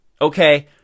okay